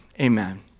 Amen